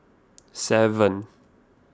seven